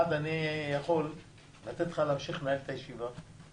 יכול לתת לך להמשיך לנהל את הישיבה.